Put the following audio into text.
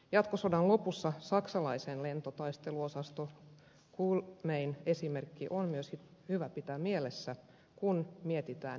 jatkosodan lopussa saksalaisen lentotaisteluosaston kuhlmeyn esimerkki on myös hyvä pitää mielessä kun mietitään menneitä